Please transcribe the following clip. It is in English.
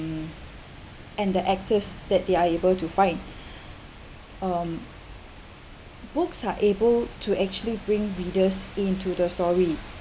and the actors that they are able to find um books are able to actually bring readers into the story